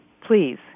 please